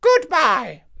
Goodbye